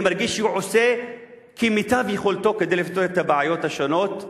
אני מרגיש שהוא עושה כמיטב יכולתו כדי לפתור את הבעיות השונות,